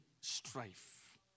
strife